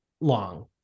long